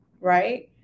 right